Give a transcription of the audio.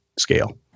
scale